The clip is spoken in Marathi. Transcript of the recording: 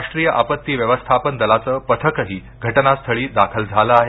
राष्ट्रीय आपत्ती व्यवस्थापन दलाचं पथकही घटनास्थळी दाखल झालं आहे